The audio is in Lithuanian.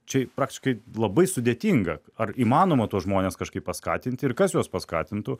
čia praktiškai labai sudėtinga ar įmanoma tuos žmones kažkaip paskatinti ir kas juos paskatintų